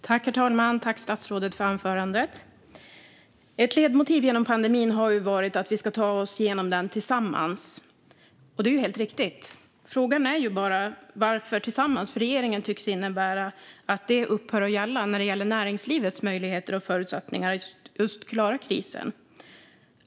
Herr talman! Jag tackar statsrådet för anförandet. Ett ledmotiv genom pandemin har varit att vi ska ta oss igenom den tillsammans. Det är helt riktigt. Frågan är bara varför tillsammans för regeringen tycks innebära att det upphör att gälla beträffande näringslivets möjligheter och förutsättningar att just klara krisen.